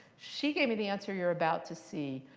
she gave me the answer you're about to see.